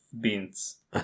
beans